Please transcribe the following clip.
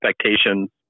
expectation